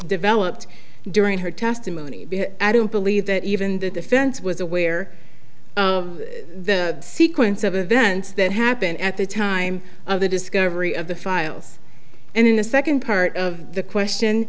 developed during her testimony i don't believe that even the defense was aware of the sequence of events that happened at the time of the discovery of the files and in the second part of the question